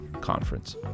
Conference